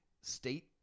state